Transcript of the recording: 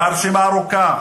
והרשימה ארוכה.